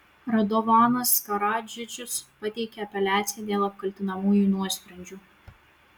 radovanas karadžičius pateikė apeliaciją dėl apkaltinamųjų nuosprendžių